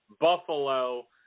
Buffalo